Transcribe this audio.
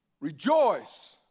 Rejoice